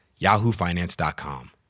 yahoofinance.com